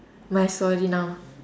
my story now